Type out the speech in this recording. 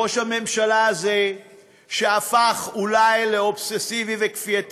ראש הממשלה הזה הוא שהפך אולי לאובססיבי וכפייתי